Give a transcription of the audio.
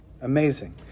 amazing